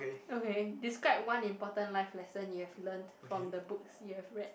okay describe one important life lesson you have learnt from the books you have read